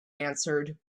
answered